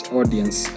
audience